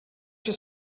has